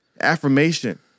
affirmation